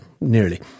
nearly